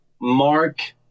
Mark